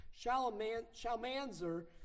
Shalmanzer